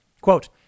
Quote